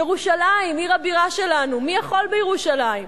ירושלים, עיר הבירה שלנו, מי יכול בירושלים?